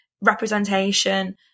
representation